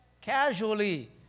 casually